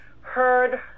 heard